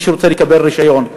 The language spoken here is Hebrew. מי שרוצה לקבל רישיון,